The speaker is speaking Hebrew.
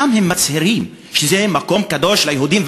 שם הם מצהירים: זה מקום קדוש ליהודים,